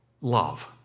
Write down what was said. love